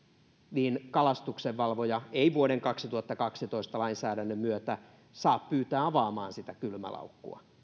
niin kalastuksenvalvoja ei vuoden kaksituhattakaksitoista lainsäädännön myötä saa pyytää avaamaan sitä kylmälaukkua